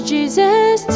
Jesus